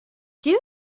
due